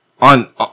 on